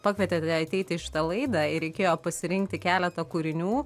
pakvietėte ateiti į šitą laidą ir reikėjo pasirinkti keletą kūrinių